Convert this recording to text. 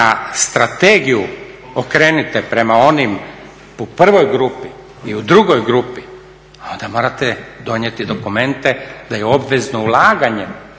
strategiju okrenete prema onim u prvoj i u drugoj grupi onda morate donijeti dokumente da je obvezno ulaganje